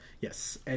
yes